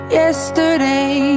yesterday